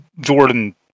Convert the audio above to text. Jordan